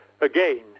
again